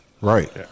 Right